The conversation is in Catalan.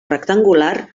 rectangular